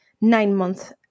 nine-month